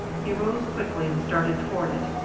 he rose quickly and started toward it,